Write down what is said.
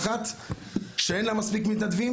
שאין לה מספיק מתנדבים.